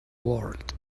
world